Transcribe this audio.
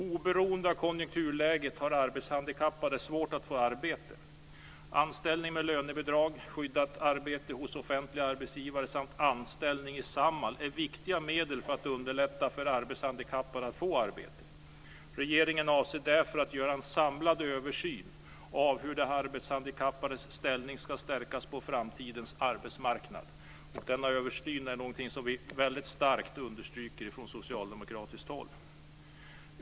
Oberoende av konjunkturläget har arbetshandikappade svårt att få arbete. Anställning med lönebidrag, skyddat arbete hos offentlig arbetsgivare samt anställning i Samhall är viktiga medel för att underlätta för arbetshandikappade att få arbete. Regeringen avser därför att göra en samlad översyn av hur de arbetshandikappades ställning ska stärkas på framtidens arbetsmarknad. Denna översyn är något som vi tycker är väldigt viktigt från socialdemokratiskt håll.